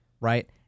right